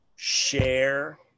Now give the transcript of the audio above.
Share